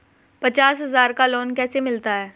पचास हज़ार का लोन कैसे मिलता है?